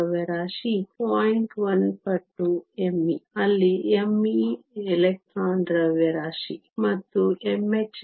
1 ಪಟ್ಟು me ಅಲ್ಲಿ me electron ದ್ರವ್ಯರಾಶಿ ಮತ್ತು mh¿ 0